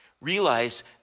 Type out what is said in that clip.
realize